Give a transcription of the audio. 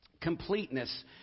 Completeness